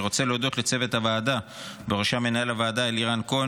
אני רוצה להודות לצוות הוועדה ובראשם למנהל הוועדה אלירן כהן